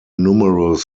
numerous